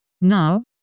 Now